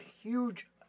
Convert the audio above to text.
huge